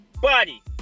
Body